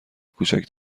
کوچک